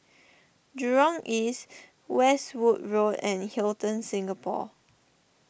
Jurong East Westwood Road and Hilton Singapore